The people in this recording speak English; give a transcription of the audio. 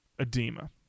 Edema